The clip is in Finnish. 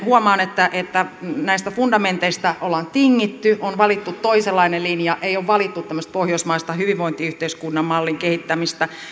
huomaan että että näistä fundamenteista on tingitty on valittu toisenlainen linja ei ole valittu tämmöistä pohjoismaista hyvinvointiyhteiskunnan mallin kehittämistä